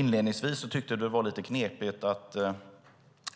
Inledningsvis tyckte jag att det var lite knepigt att